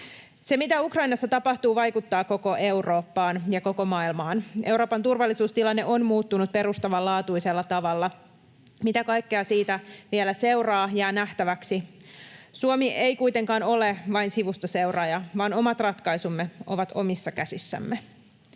Se, mitä Ukrainassa tapahtuu, vaikuttaa koko Eurooppaan ja koko maailmaan. Euroopan turvallisuustilanne on muuttunut perustavanlaatuisella tavalla. Mitä kaikkea siitä vielä seuraa, jää nähtäväksi. Suomi ei kuitenkaan ole vain sivustaseuraaja, vaan omat ratkaisumme ovat omissa käsissämme.